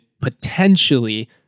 potentially